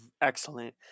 excellent